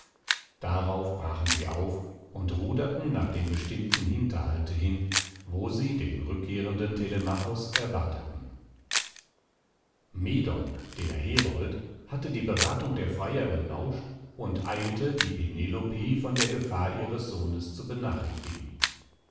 darauf brachen sie auf und ruderten nach dem bestimmten hinterhalte hin wo sie den rückkehrenden telemachos erwarteten medon der herold hatte die beratung der freier belauscht und eilte die penelope von der gefahr ihres sohnes zu benachrichtigen